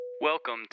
Welcome